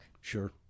Sure